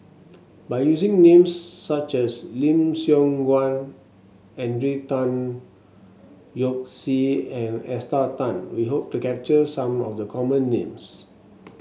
by using names such as Lim Siong Guan Henry Tan Yoke See and Esther Tan we hope to capture some of the common names